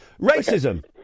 Racism